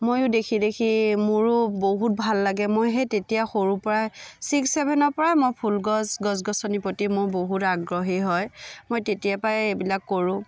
ময়ো দেখি দেখি মোৰো বহুত ভাল লাগে মই সেই তেতিয়া সৰুৰ পৰাই চিক্স চেভেনৰ পৰাই মই ফুলগছ গছ গছনিৰ প্ৰতি মোৰ বহুত আগ্ৰহী হয় মই তেতিয়াৰ পৰাই এইবিলাক কৰোঁ